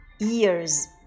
ears